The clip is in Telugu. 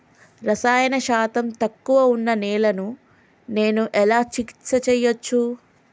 రసాయన శాతం తక్కువ ఉన్న నేలను నేను ఎలా చికిత్స చేయచ్చు?